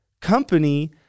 company